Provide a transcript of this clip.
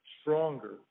stronger